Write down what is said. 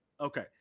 Okay